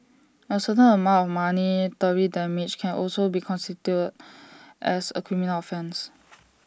A certain amount of monetary damage can also be constituted as A criminal offence